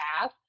path